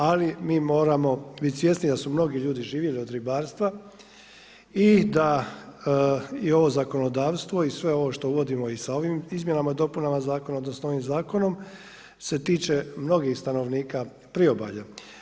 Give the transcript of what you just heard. Ali mi moramo bit svjesni da su mnogi ljudi živjeli od ribarstva i da i ovo zakonodavstvo i sve ovo što uvodimo i sa ovim izmjenama i dopunama zakona, odnosno ovim zakonom se tiče mnogih stanovnika priobalja.